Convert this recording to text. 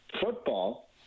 football